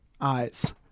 Eyes